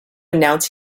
announce